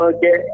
Okay